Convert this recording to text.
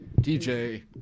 DJ